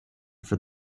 for